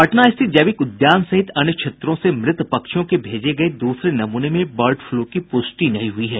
पटना स्थित जैविक उद्यान सहित अन्य क्षेत्रों से मृत पक्षियों के भेजे गये दूसरे नमूने में बर्ड फ्लू की पुष्टि नहीं हुई है